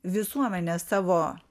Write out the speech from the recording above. visuomenė savo